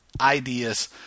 ideas